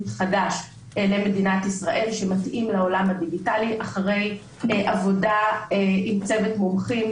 חדש למדינת ישראל שמתאים לעולם הדיגיטלי אחרי עבודה עם צוות מומחים,